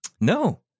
No